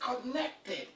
connected